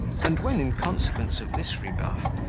and when, in consequence of this rebuff,